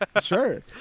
Sure